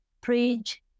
preach